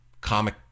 comic